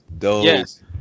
Yes